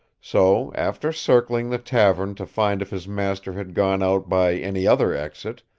so, after circling the tavern to find if his master had gone out by any other exit,